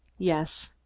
yes.